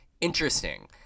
interesting